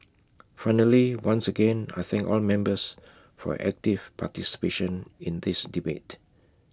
finally once again I thank all members for active participation in this debate